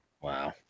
Wow